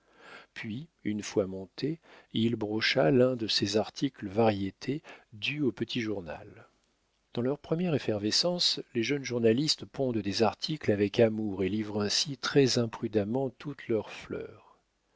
puis une fois monté il brocha l'un de ses articles variétés dus au petit journal dans leur première effervescence les jeunes journalistes pondent des articles avec amour et livrent ainsi très imprudemment toutes leurs fleurs